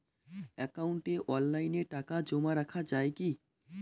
একাউন্টে অনলাইনে টাকা জমা রাখা য়ায় কি?